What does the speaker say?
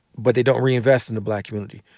but they don't re-invest in the black community.